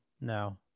No